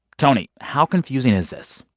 tony, how confusing is this?